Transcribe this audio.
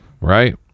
right